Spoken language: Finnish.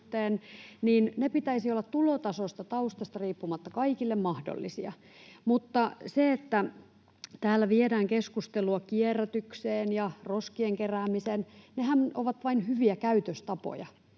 pitäisi olla tulotasosta tai taustasta riippumatta kaikille mahdollisia. Mutta kun täällä viedään keskustelua kierrätykseen ja roskien keräämiseen, niin nehän ovat vain hyviä käytöstapoja.